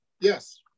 Yes